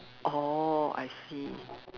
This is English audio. oh I see